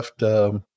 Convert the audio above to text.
left